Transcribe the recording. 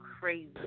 crazy